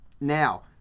Now